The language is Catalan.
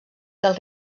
del